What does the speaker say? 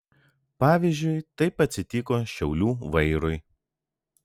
pavyzdžiui taip atsitiko šiaulių vairui